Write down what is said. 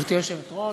גברתי היושבת-ראש,